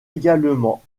également